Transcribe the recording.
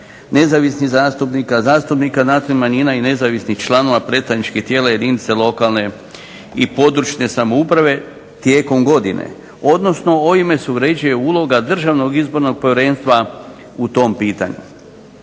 nezavisnih zastupnika, zastupnika nacionalnih manjina i nezavisnih članova predstavničkih tijela jedinice lokalne i područne samouprave tijekom godine. Odnosno, ovime se uređuje uloga Državnog izbornog povjerenstva u tom pitanju.